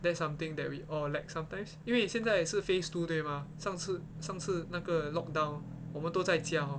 that's something that we all lack sometimes 因为现在是 phase two 对吗上次上次那个 lockdown 我们都在家 hor